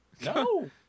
No